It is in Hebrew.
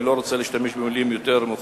אני לא רוצה להשתמש במלים יותר,